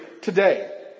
today